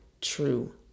true